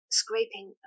scraping